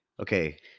Okay